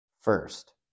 first